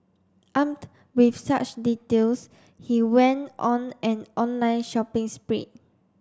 armed with such details he went on an online shopping spree